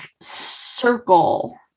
circle